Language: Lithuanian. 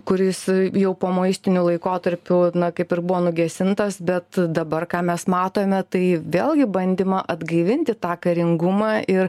kuris jau pomoistiniu laikotarpiu na kaip ir buvo nugesintas bet dabar ką mes matome tai vėlgi bandymą atgaivinti tą karingumą ir